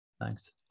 Thanks